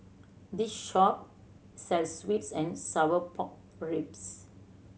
this shop sells sweet and sour pork ribs